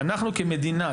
ואנחנו כמדינה,